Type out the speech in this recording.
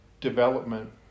development